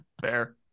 Fair